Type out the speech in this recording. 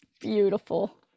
beautiful